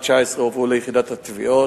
19 הועברו ליחידת התביעות,